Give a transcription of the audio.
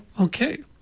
Okay